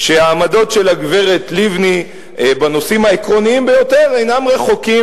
שהעמדות של הגברת לבני בנושאים העקרוניים ביותר אינן רחוקות